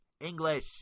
English